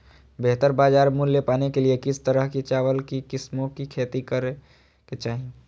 बेहतर बाजार मूल्य पाने के लिए किस तरह की चावल की किस्मों की खेती करे के चाहि?